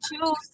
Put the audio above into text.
choose